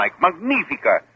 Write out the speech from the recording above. magnifica